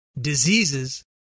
diseases